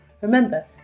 Remember